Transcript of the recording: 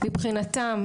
מבחינתם,